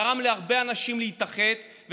גרם להרבה אנשים להתאחד.